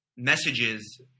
Messages